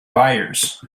buyers